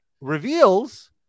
reveals